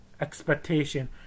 expectation